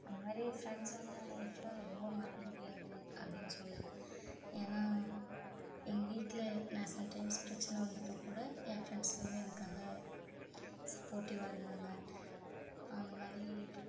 அந்தமாதிரி ஃப்ரெண்ட்ஸ் வந்து என் லைஃப்பில் ரொம்ப மறக்க முடியாது அப்படினு சொல்லாம் ஏன்னா எங்கள் வீட்டில் நான் சம்டைம்ஸ் பிரச்சனை வந்தப்போகூட என் ஃப்ரெண்ட்ஸ் வந்து எனக்காக சப்போர்ட்டிவாக இருந்தாங்க அந்தமாதிரி